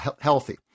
healthy